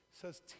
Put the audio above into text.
says